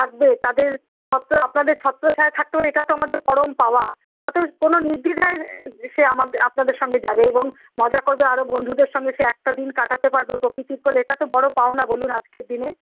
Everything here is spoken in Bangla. থাকবে তাদের ছত্র আপনাদের ছত্রছায়ায় থাকছে এটা তো আমাদের পরম পাওয়া কোনো নির্দ্বিধায় সে আপনাদের সঙ্গে যাবে এবং মজা করবে আরও বন্ধুদের সঙ্গে সে একটা দিন কাটাতে পারবে প্রকৃতির কোলে এটা তো বড় পাওনা বলুন আজকের দিনে